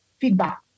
feedback